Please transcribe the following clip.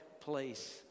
place